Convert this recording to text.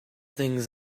things